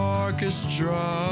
orchestra